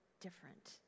different